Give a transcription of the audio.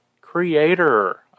creator